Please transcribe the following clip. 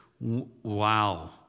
Wow